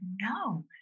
no